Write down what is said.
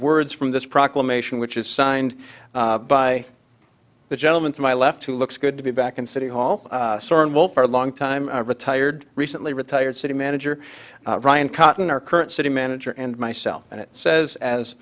words from this proclamation which is signed by the gentleman to my left who looks good to be back in city hall and well for a long time retired recently retired city manager brian cotton our current city manager and myself and it says as